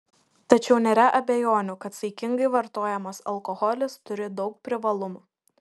tačiau nėra abejonių kad saikingai vartojamas alkoholis turi daug privalumų